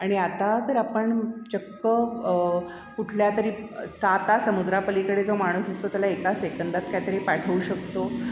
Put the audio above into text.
आणि आता तर आपण चक्क कुठल्यातरी सातासमुद्रापलीकडे जो माणूस असतो त्याला एका सेकंदात काहीतरी पाठवू शकतो